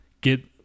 get